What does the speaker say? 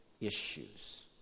issues